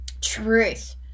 truth